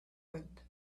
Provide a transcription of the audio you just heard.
wind